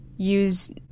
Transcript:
Use